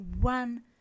one